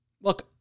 Look